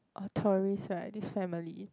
uh tourist right this family